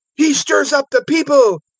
he stirs up the people,